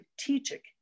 strategic